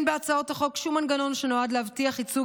אין בהצעות החוק שום מנגנון שנועד להבטיח ייצוג